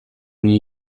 new